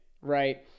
right